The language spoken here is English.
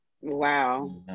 Wow